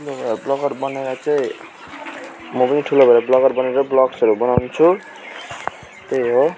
म ब्लगर बनेर चाहिँ म पनि ठुलो भएर ब्लगर बनेर ब्लग्सहरू बनाउँछु त्यही हो